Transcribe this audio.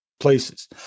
places